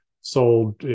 sold